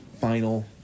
Final